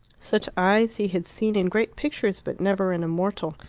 such eyes he had seen in great pictures but never in a mortal.